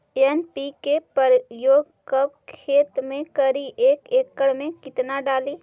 NPK प्रयोग कब खेत मे करि एक एकड़ मे कितना डाली?